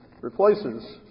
replaces